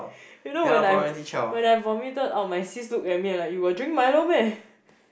you know when I when I vomited out my sis look at me and like you got drink Milo meh